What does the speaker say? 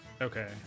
Okay